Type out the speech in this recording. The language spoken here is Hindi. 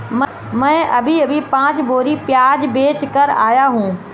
मैं अभी अभी पांच बोरी प्याज बेच कर आया हूं